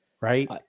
right